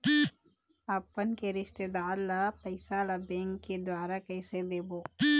अपन के रिश्तेदार ला पैसा ला बैंक के द्वारा कैसे देबो?